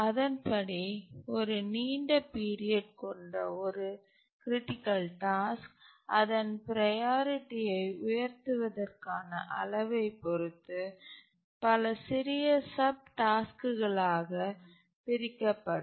அதன்படி ஒரு நீண்ட பீரியட் கொண்ட ஒரு கிரிட்டிக்கல் டாஸ்க் அதன் ப்ரையாரிட்டியை உயர்த்துவதற்கான அளவைப் பொறுத்து பல சிறிய சப் டாஸ்க்களாக பிரிக்கப்படும்